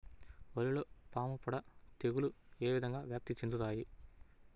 వరిలో పాముపొడ తెగులు ఏ విధంగా వ్యాప్తి చెందుతాయి?